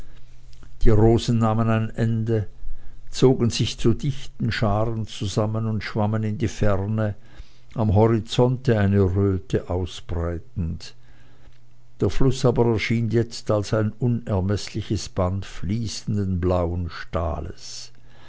die rosen nahmen ein ende zogen sich zu dichten scharen zusammen und schwammen in die ferne am horizonte eine röte ausbreitend der fluß aber erschien jetzt als ein unermeßliches band fließenden blauen stahles